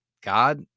God